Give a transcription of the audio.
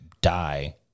die